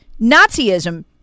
nazism